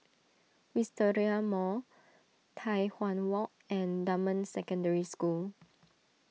Wisteria Mall Tai Hwan Walk and Dunman Secondary School